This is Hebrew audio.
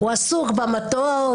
הוא עסוק במטוס,